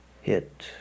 hit